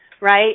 right